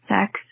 sex